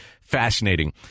fascinating